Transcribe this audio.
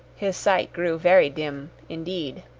his sight grew very dim indeed.